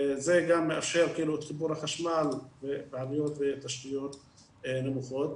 זה גם מאפשר חיבור לחשמל, ועליות תשתיות נמוכות.